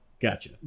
Gotcha